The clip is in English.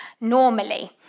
normally